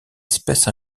espèce